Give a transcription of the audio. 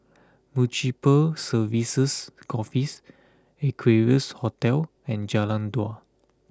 Municipal Services Office Equarius Hotel and Jalan Dua